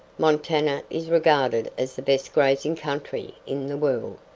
montana is regarded as the best grazing country in the world,